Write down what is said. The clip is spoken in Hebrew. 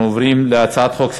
בעד, 10,